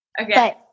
Okay